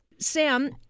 Sam